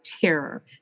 terror